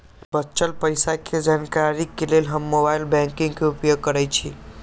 बच्चल पइसा के जानकारी के लेल हम मोबाइल बैंकिंग के उपयोग करइछि